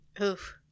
Oof